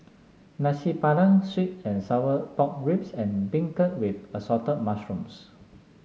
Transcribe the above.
Nasi Padang sweet and Sour Pork Ribs and beancurd with Assorted Mushrooms